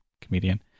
comedian